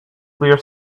clear